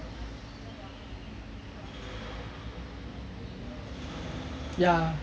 ya